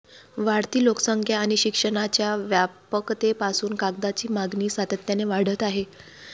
वाढती लोकसंख्या आणि शिक्षणाच्या व्यापकतेपासून कागदाची मागणी सातत्याने वाढत आहे